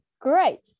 Great